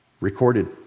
recorded